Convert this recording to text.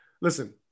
listen